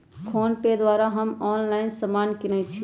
PhonePe द्वारा हम online समान किनइ छी